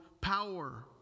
power